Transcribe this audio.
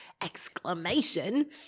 exclamation